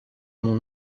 mon